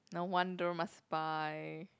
no wonder must buy